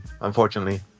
unfortunately